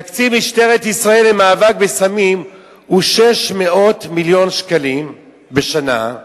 תקציב משטרת ישראל למאבק בסמים הוא 600 מיליון שקלים בשנה,